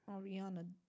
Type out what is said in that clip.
Ariana